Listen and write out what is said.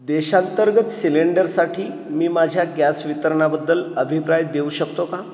देशांतर्गत सिलेंडरसाठी मी माझ्या ग्यास वितरणाबद्दल अभिप्राय देऊ शकतो का